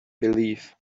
believe